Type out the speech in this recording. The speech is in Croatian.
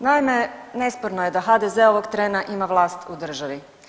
Naime, nesporno je da HDZ ovog trena ima vlast u državi.